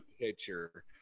picture